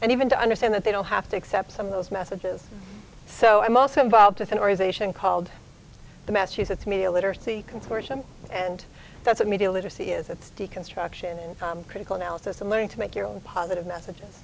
and even to understand that they don't have to accept some of those messages so i'm also involved with an organization called the massachusetts media literacy consortium and that's of media literacy is it's deconstruction and critical analysis and learning to make your own positive messages